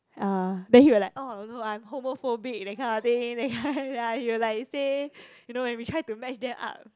uh then he will like oh no I'm homophobic that kind of thing that kind ya he will like say you know when we try to match them up